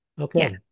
Okay